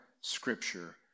scripture